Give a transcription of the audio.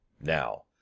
Now